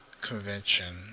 convention